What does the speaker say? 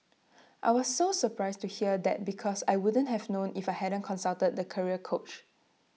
I was so surprised to hear that because I wouldn't have known if I hadn't consulted the career coach